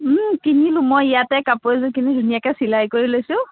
কিনিলোঁ মই ইয়াতে কাপোৰ এযোৰ কিনি ধুনীয়াকৈ চিলাই কৰি লৈছোঁ